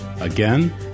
Again